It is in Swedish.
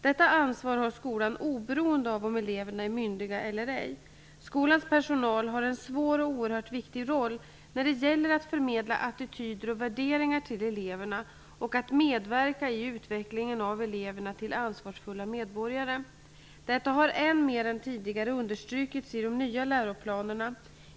Detta ansvar har skolan oberoende av om eleverna är myndiga eller ej. Skolans personal har en svår och oerhört viktig roll när det gäller att förmedla attityder och värderingar till eleverna och att medverka i utvecklingen av eleverna till ansvarsfulla medborgare. Detta har än mer än tidigare understrukits i de nya läroplanerna.